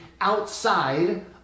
outside